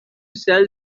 sell